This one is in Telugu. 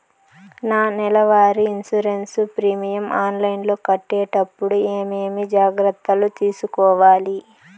నా నెల వారి ఇన్సూరెన్సు ప్రీమియం ఆన్లైన్లో కట్టేటప్పుడు ఏమేమి జాగ్రత్త లు తీసుకోవాలి?